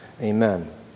Amen